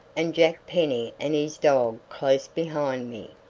and jack penny and his dog close behind me.